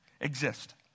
exist